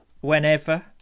Whenever